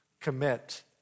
commit